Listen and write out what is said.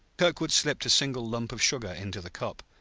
kirkwood slipped a single lump of sugar into the cup,